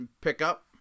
pickup